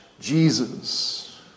Jesus